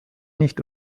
nicht